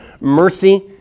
mercy